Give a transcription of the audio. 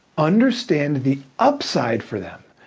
understand the upside for them.